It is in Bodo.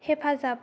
हेफाजाब